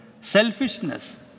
selfishness